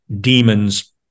demons